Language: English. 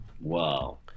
Wow